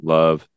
love